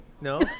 No